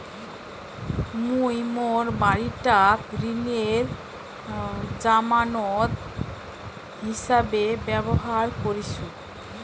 মুই মোর বাড়িটাক ঋণের জামানত হিছাবে ব্যবহার করিসু